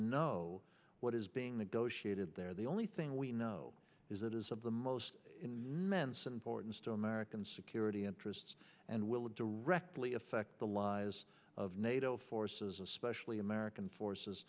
know what is being negotiated there the only thing we know is that is of the most mensa important still american security interests and will directly affect the lives of nato forces especially american forces